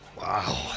Wow